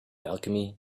alchemy